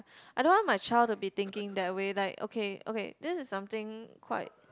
I don't want my child to be thinking that way like okay okay this is something quite